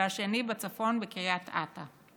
והשני בצפון, בקריית אתא.